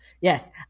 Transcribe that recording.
Yes